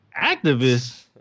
activist